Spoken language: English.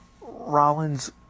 Rollins